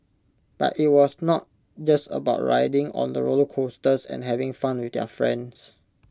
but IT was not just about riding on the roller coasters and having fun with their friends